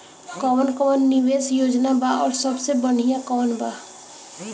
कवन कवन निवेस योजना बा और सबसे बनिहा कवन बा?